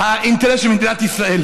האינטרס של מדינת ישראל.